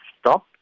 stop